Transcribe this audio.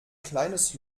kleines